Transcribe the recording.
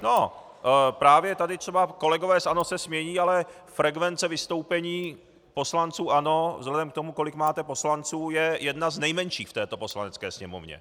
No, právě tady kolegové z ANO se smějí, ale frekvence vystoupení poslanců ANO vzhledem k tomu, kolik máte poslanců, je jedna z nejmenších v této Poslanecké sněmovně.